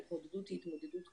ההתמודדות היא התמודדות קשה,